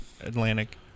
Atlantic